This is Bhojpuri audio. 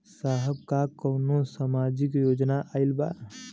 साहब का कौनो सामाजिक योजना आईल बा?